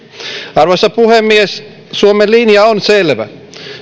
arvoisa puhemies suomen linja on selvä